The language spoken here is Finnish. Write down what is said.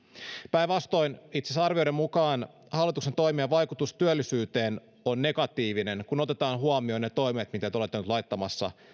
päinvastoin itse asiassa arvioiden mukaan hallituksen toimien vaikutus työllisyyteen on negatiivinen kun otetaan huomioon ne toimet mitä te olette nyt laittamassa